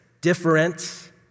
different